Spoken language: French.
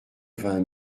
vingt